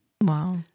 Wow